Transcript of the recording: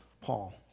Paul